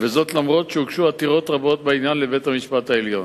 וזאת למרות שהוגשו עתירות רבות בעניין לבית-המשפט העליון,